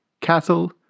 Castle